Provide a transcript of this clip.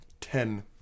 Ten